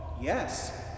Yes